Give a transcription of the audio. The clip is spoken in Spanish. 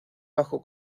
bajo